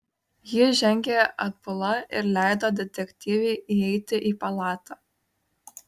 ji žengė atbula ir leido detektyvei įeiti į palatą